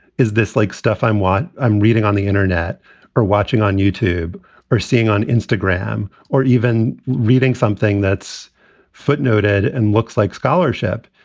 is this, like, stuff? i'm what i'm reading on the internet or watching on youtube or seeing on instagram or even reading something that's footnoted and looks like scholarship.